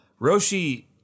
Roshi